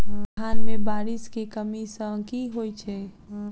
धान मे बारिश केँ कमी सँ की होइ छै?